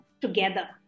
together